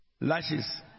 lashes